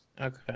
Okay